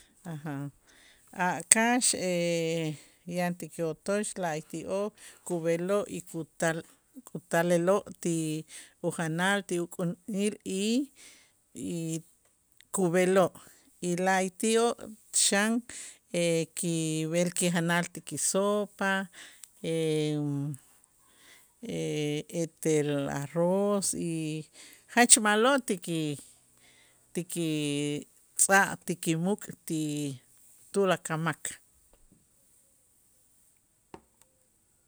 A' kax yan ti otoch la'ayti'oo' kub'eloo' y kutal kutaleloo' ti ujanal ti y- y kub'eloo' y la'ayt'ioo' xan kib'el kijanal ti kisopa etel arroz y jach ma'lo' ti ki ti ki tz'aj ti ki muk' ti tulakal mak.